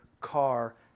car